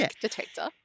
detector